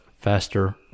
faster